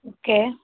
okay